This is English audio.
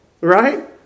right